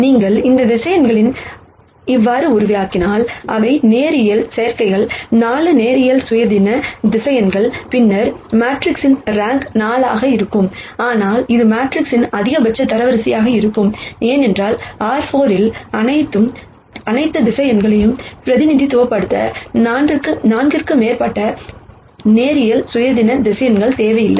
நீங்கள் இந்த வெக்டர்ஸ் அவ்வாறு உருவாக்கியிருந்தால் அவை லீனியர் காம்பினேஷன் 4 லீனியர் இண்டிபெண்டெண்ட் பின்னர் மேட்ரிக்ஸின் ரேங்க் 4 ஆக இருந்திருக்கும் ஆனால் அது மேட்ரிக்ஸின் அதிகபட்ச தரவரிசையாக இருக்கும் ஏனென்றால் R4 இல் அனைத்து வெக்டர்ஸ் பிரதிநிதித்துவப்படுத்த 4 க்கும் மேற்பட்ட லீனியர் இண்டிபெண்டெண்ட் வெக்டர்ஸ் தேவையில்லை